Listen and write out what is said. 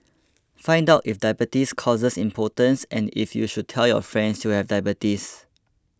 find out if diabetes causes impotence and if you should tell your friends you have diabetes